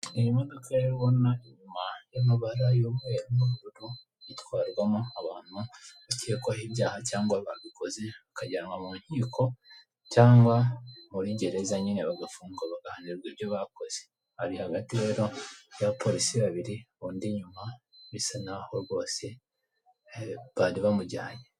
Iyi modoka rero ubona inyuma y'amabara y'umweru n'ubururu itwarwamo abantu bakekwaho ibyaha cyangwa babikoze bakajyanwa mu nkiko cyangwa muri gereza nyine bagafungwa bagahanirwa ibyo bakoze, ari hagati rero y'abapolisi babiri undi inyuma bisa n'aho rwose bari bamujyanye.